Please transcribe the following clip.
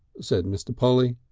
said mr. polly.